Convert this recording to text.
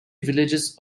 villages